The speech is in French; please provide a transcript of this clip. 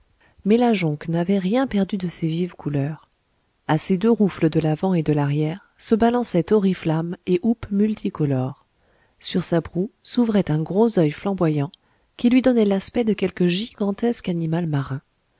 mais la jonque n'avait rien perdu de ses vives couleurs a ses deux rouffles de l'avant et de l'arrière se balançaient oriflammes et houppes multicolores sur sa proue s'ouvrait un gros oeil flamboyant qui lui donnait l'aspect de quelque gigantesque animal marin